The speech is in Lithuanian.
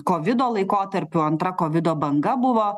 kovido laikotarpiu antra kovido banga buvo